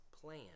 plan